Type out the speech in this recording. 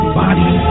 body